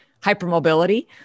hypermobility